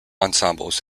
ensembles